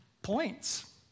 points